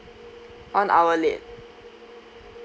one hour late